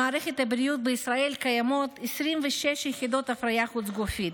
במערכת הבריאות בישראל קיימות 26 יחידות הפריה חוץ-גופית,